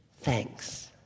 thanks